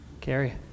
Carrie